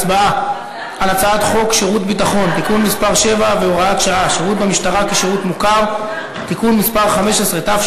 תוצאות ההצבעה: 23 בעד, שלושה מתנגדים, נמנע אחד.